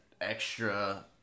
extra